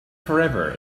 forever